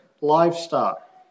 livestock